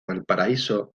valparaíso